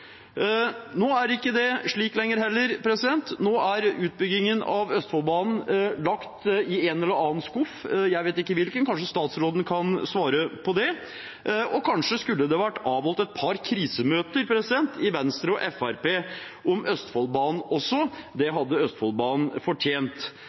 Nå er det heller ikke slik lenger, nå er utbyggingen av Østfoldbanen lagt i en eller annen skuff, jeg vet ikke hvilken. Kanskje kan statsråden svare på det, og kanskje skulle det også vært avholdt et par krisemøter i Venstre og Fremskrittspartiet om Østfoldbanen. Det